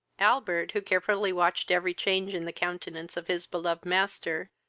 albert, who carefully watched every change in the countenance of his beloved master,